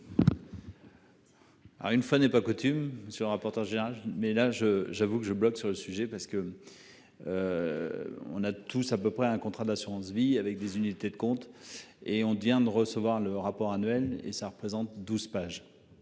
une fois n'est pas coutume. Monsieur le rapporteur général, mais là je, j'avoue que je bloque sur le sujet parce que. On a tous à peu près un contrat d'assurance-vie avec des unités de compte et on dit de recevoir le rapport annuel et ça représente 12 pages.